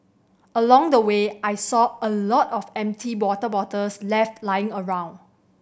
along the way I saw a lot of empty water bottles left lying around